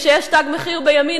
כשיש "תג מחיר" בימין,